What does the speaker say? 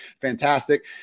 fantastic